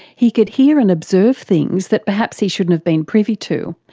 he could hear and observe things that perhaps he shouldn't have been privy to.